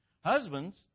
Husbands